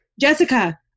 Jessica